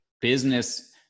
business